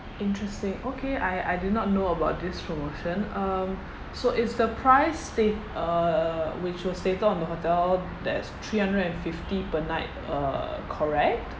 interesting okay I I did not know about this promotion um so is the price sta~ uh which was stated on the hotel that's three hundred and fifty per night err correct